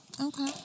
okay